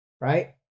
right